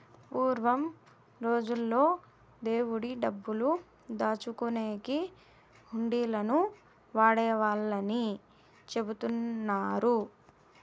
పూర్వం రోజుల్లో దేవుడి డబ్బులు దాచుకునేకి హుండీలను వాడేవాళ్ళని చెబుతున్నారు